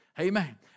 Amen